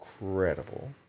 incredible